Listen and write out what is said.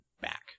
back